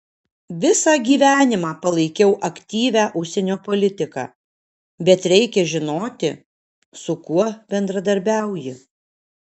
visą gyvenimą palaikiau aktyvią užsienio politiką bet reikia žinoti su kuo bendradarbiauji